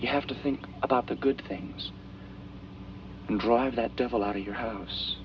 you have to think about the good things and drive that devil out of your ho